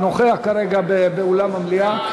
ונוכח כרגע באולם המליאה?